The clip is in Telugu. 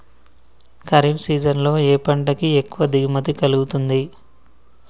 ఖరీఫ్ సీజన్ లో ఏ పంట కి ఎక్కువ దిగుమతి కలుగుతుంది?